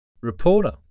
Reporter